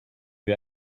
wir